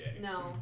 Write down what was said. No